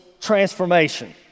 transformation